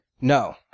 No